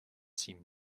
seem